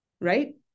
right